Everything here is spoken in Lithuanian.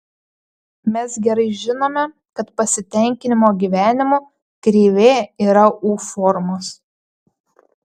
mes gerai žinome kad pasitenkinimo gyvenimu kreivė yra u formos